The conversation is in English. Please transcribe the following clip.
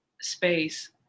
space